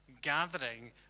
gathering